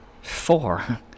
Four